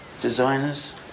designers